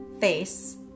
face